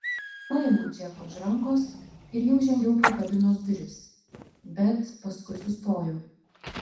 paėmiau džeką už rankos ir jau žengiau pro kabinos duris bet paskui sustojau